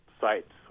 sites